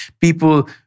People